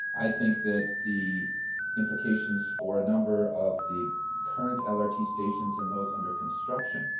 i think that the implications for a number of the current lrt stations and those under construction